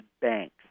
banks